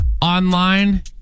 online